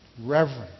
Reverence